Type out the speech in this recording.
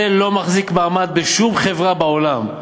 זה לא מחזיק מעמד בשום חברה בעולם,